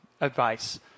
advice